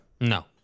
No